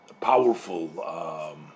powerful